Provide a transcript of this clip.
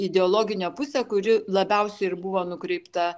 ideologinę pusę kuri labiausiai ir buvo nukreipta